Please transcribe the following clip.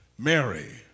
Mary